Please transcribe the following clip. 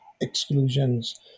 exclusions